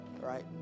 right